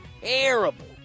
terrible